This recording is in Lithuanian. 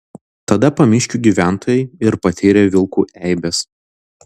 tada pamiškių gyventojai ir patyrė vilkų eibes